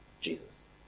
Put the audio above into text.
Jesus